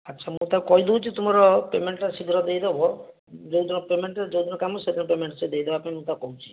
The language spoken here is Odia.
ଆଚ୍ଛା ମୁଁ ତାକୁ କହିଦେଉଛି ତୁମର ପେମେଣ୍ଟଟା ଶୀଘ୍ର ଦେଇ ଦେବ ଯେଉଁଦିନ ପେମେଣ୍ଟ ଯେଉଁଦିନ କାମ ସେଦିନ ପେମେଣ୍ଟ ସେ ଦେଇ ଦେବାପାଇଁ ମୁଁ ତାକୁ କହୁଛି